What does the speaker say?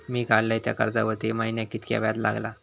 मी काडलय त्या कर्जावरती महिन्याक कीतक्या व्याज लागला?